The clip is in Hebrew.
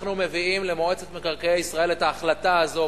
אנחנו מביאים למועצת מקרקעי ישראל את ההחלטה הזאת,